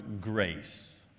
grace